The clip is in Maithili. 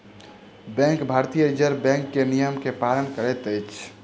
बैंक भारतीय रिज़र्व बैंक के नियम के पालन करैत अछि